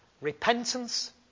repentance